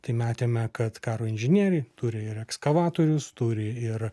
tai matėme kad karo inžinieriai turi ir ekskavatorius turi ir